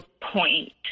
point